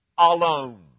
alone